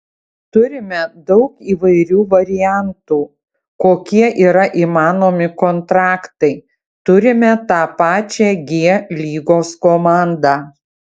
turime daug įvairių variantų kokie yra įmanomi kontraktai turime tą pačią g lygos komandą